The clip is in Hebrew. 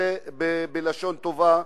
זה בלשון טובה,